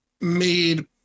made